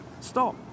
stop